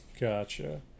Gotcha